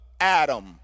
Adam